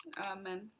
Amen